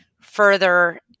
further